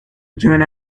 rejoined